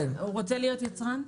הוא רוצה להיות יצרן?